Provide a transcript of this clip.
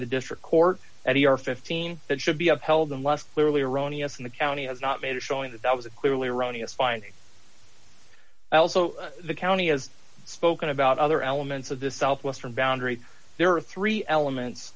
the district court at the are fifteen that should be upheld unless clearly erroneous and the county has not made a showing that that was a clearly erroneous finding and also the county has spoken about other elements of the southwestern boundary there are three elements